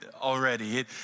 already